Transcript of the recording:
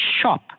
shop